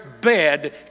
bed